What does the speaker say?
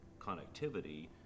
connectivity